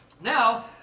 Now